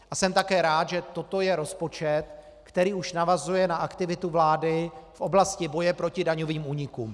A jsem také rád, že toto je rozpočet, který už navazuje na aktivitu vlády v oblasti boje proti daňovým únikům.